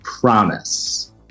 promise